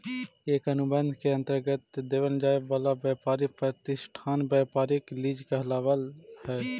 एक अनुबंध के अंतर्गत देवल जाए वाला व्यापारी प्रतिष्ठान व्यापारिक लीज कहलाव हई